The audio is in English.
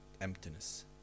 emptiness